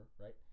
right